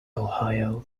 ohio